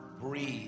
breathe